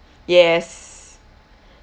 yes